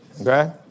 Okay